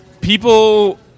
People